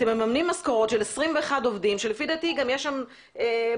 אתם ממנים משכורות של 21 עובדים שלפי דעתי גם יש שם עובדים,